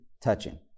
touching